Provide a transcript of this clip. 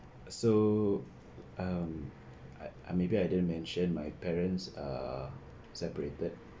so um I I maybe I didn't mention my parents are separated